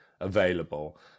available